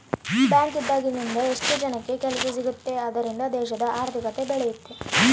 bank ಇಂದಾಗಿ ಎಷ್ಟೋ ಜನಕ್ಕೆ ಕೆಲ್ಸ ಸಿಗುತ್ತ್ ಅದ್ರಿಂದ ದೇಶದ ಆರ್ಥಿಕತೆ ಬೆಳಿಯುತ್ತೆ